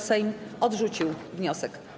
Sejm odrzucił wniosek.